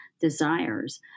desires